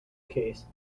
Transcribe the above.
case